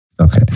Okay